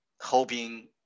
hoping